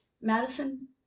Madison